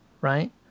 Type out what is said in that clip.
right